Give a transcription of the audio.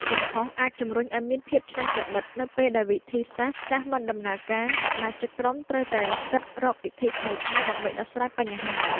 កំហុសអាចជំរុញឲ្យមាន ភាពច្នៃប្រឌិត។ នៅពេលដែលវិធីសាស្ត្រចាស់មិនដំណើរការ សមាជិកក្រុមត្រូវតែគិតរកវិធីថ្មីៗដើម្បីដោះស្រាយបញ្ហា។